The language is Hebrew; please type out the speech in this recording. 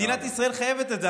מדינת ישראל חייבת את זה,